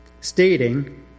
stating